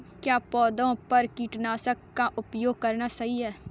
क्या पौधों पर कीटनाशक का उपयोग करना सही है?